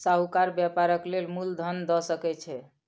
साहूकार व्यापारक लेल मूल धन दअ सकै छै